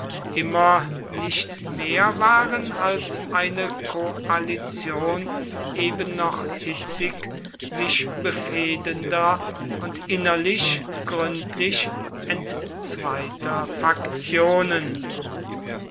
immer nicht mehr waren als eine koalition eben noch hitzig sich befehdender und innerlich gründlich entzweiter faktionen